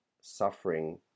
suffering